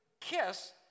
kiss